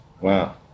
Wow